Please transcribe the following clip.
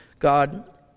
God